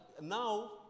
now